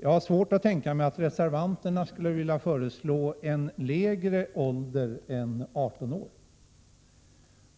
Jag har svårt att tänka mig att reservanterna skulle vilja föreslå en lägre ålder än 18 år.